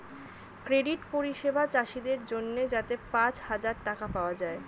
credit পরিষেবা চাষীদের জন্যে যাতে পাঁচ হাজার টাকা পাওয়া যায়